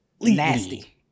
Nasty